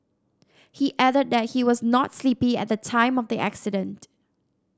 he added that he was not sleepy at the time of the accident